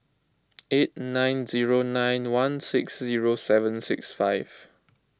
eight nine zero nine one six zero seven six five